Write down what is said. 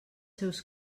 seus